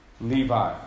Levi